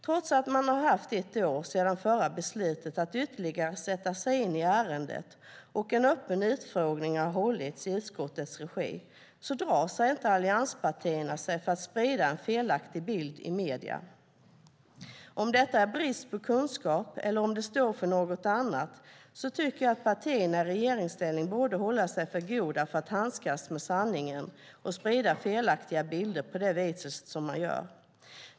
Trots att allianspartierna har haft ett år på sig sedan förra beslutet att ytterligare sätta sig in i ärendet och en öppen utfrågning har hållits i utskottets regi drar de sig inte för att sprida en felaktig bild i medier. Oavsett om det är brist på kunskap eller om det står för något annat tycker jag att partierna i regeringsställning borde hålla sig för goda för att handskas så med sanningen och sprida felaktiga bilder på det viset som de gör.